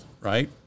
right